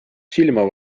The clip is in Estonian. silma